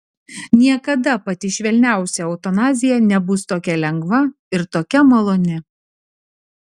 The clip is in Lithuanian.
niekada pati švelniausia eutanazija nebus tokia lengva ir tokia maloni